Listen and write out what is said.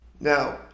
now